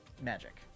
magic